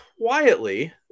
quietly